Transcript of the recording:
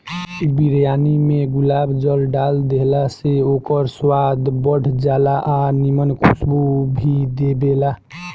बिरयानी में गुलाब जल डाल देहला से ओकर स्वाद बढ़ जाला आ निमन खुशबू भी देबेला